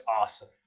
awesome